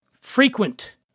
frequent